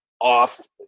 off